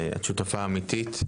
את שותפה אמיתית.